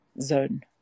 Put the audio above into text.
zone